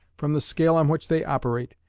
from the scale on which they operate,